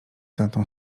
tamtą